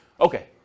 Okay